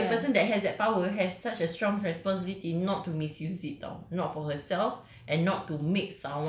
use it for really so the person that has that power has such as strong responsibility not to misuse it tau not for herself